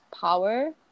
power